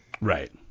Right